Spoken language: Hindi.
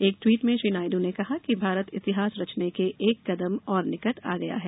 एक ट्वीट में श्री नायडू ने कहा कि भारत इतिहास रचने के एक कदम और निकट आ गया है